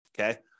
okay